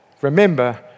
Remember